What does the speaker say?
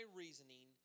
reasoning